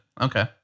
Okay